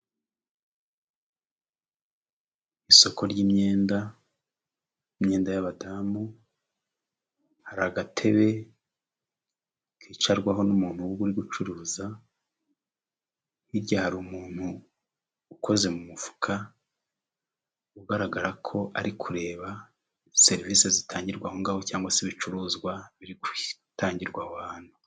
Isoko ry'imyenda, imyenda y'abadamu hari agatebe kicarwaho n'umuntu uba uri gucuruza hirya hari umuntu ukoze mu mufuka ugaragara ko ari kureba serivisi zitangirwa aho ngaho cyangwa se ibicuruzwa biri gutangirwa aho hantu.